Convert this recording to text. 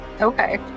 okay